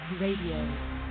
Radio